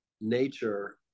nature